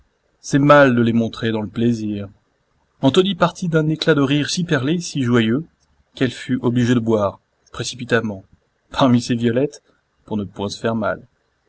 c'est mal de les montrer dans le plaisir antonie partit d'un éclat de rire si perlé si joyeux qu'elle fut obligée de boire précipitamment parmi ses violettes pour ne point se faire mal